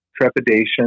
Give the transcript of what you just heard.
trepidation